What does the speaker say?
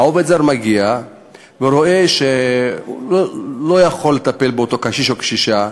העובד הזר מגיע ורואה שהוא לא יכול לטפל באותו קשיש או קשישה,